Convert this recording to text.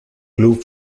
club